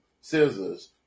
Scissors